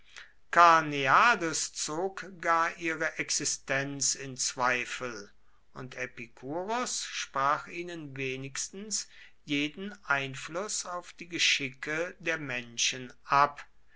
karneades zog gar ihre existenz in zweifel und epikuros sprach ihnen wenigstens jeden einfluß auf die geschicke der menschen ab